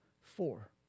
four